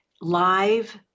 live